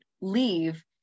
leave